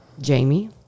Jamie